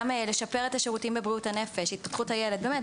גם לשפר את השירותים בבריאות הנפש או בבריאות הילד באמת,